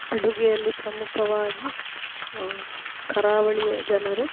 ಅಡುಗೆಯಲ್ಲಿ ಪ್ರಮುಖವಾಗಿ ಕರಾವಳಿಯ ಜನರು